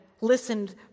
listened